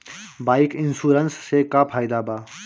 Bike insurance से का फायदा बा?